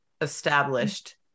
established